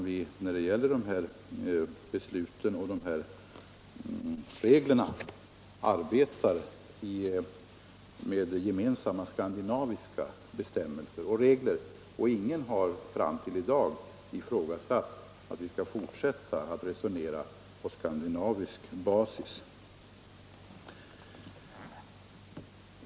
Vi arbetar ju här med gemensamma skandinaviska regler och bestämmelser, och ingen har hittills ifrågasatt att vi skulle fortsätta att resonera på skandinavisk basis.